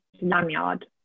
lanyard